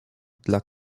dla